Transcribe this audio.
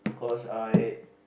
cause I